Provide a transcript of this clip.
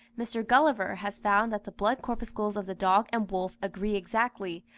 mr. gulliver has found that the blood-corpuscles of the dog and wolf agree exactly,